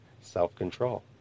Self-control